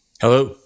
Hello